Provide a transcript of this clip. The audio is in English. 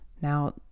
Now